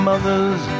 Mothers